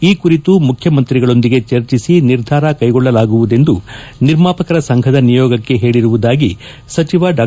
ಈ ಕುರಿತು ಮುಖ್ಯಮಂತ್ರಿಗಳೊಂದಿಗೆ ಚರ್ಚಿಸಿ ನಿರ್ಧಾರ ಕ್ಲೆಗೊಳ್ಳಲಾಗುವುದೆಂದು ನಿರ್ಮಾಪಕರ ಸಂಘದ ನಿಯೋಗಕ್ಕೆ ಹೇಳಿರುವುದಾಗಿ ಸಚಿವ ಡಾ